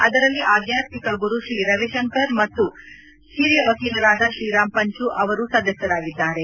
ಅದರಲ್ಲಿ ಆಧ್ಯಾತ್ಮಿಕ ಗುರು ಶ್ರೀ ರವಿಶಂಕರ್ ಮತ್ತು ಹಿರಿಯ ವಕೀಲರಾದ ಶ್ರೀರಾಮ್ ಪಂಚು ಅವರು ಸದಸ್ಥರಾಗಿದ್ದಾರೆ